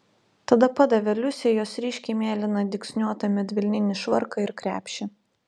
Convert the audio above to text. tada padavė liusei jos ryškiai mėlyną dygsniuotą medvilninį švarką ir krepšį